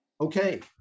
Okay